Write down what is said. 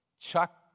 Chuck